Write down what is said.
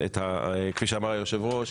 כפי אמר היושב ראש,